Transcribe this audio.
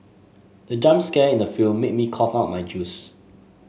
the jump scare in the film made me cough out my juice